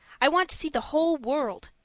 i want to see the whole world.